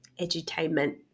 edutainment